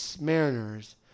Mariners